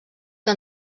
que